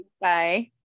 Bye